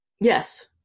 Yes